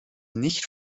nicht